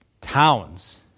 towns